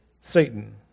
Satan